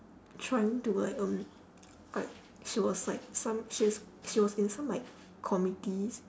trying to like um like she was like some she was she was in some like committees